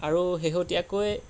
আৰু শেহতীয়াকৈ